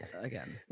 again